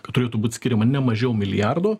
kad turėtų būt skiriama ne mažiau milijardo